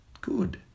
good